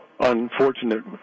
unfortunate